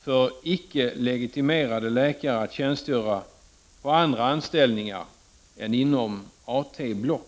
för icke-legitimerade läkare att tjänstgöra på andra anställningar än inom AT-block.